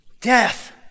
Death